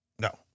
No